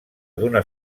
d’una